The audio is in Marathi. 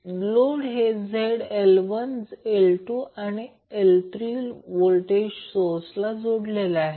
तर लोड हे ZL1 ZL2 आणि ZL3 व्होल्टेज सोर्स आहेत